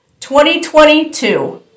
2022